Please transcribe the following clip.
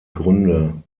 gründe